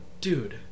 dude